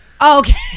Okay